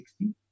60